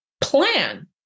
plan